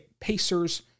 Pacers